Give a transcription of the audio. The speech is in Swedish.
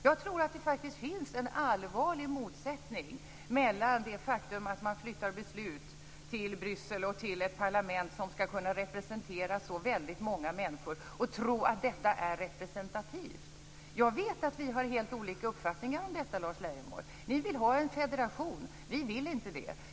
Jag tror att det faktiskt finns en allvarlig motsättning mellan det faktum att man flyttar beslut till Bryssel och ett parlament som skall kunna representera så väldigt många människor och att tro att detta är representativt. Jag vet att vi har helt olika uppfattningar om detta, Lars Leijonborg. Ni vill ha en federation. Vi vill inte det.